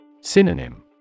Synonym